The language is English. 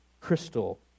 Crystal